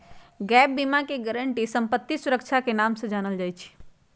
gap बीमा के guarantee संपत्ति सुरक्षा के नाम से जानल जाई छई